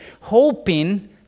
hoping